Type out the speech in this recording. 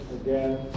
again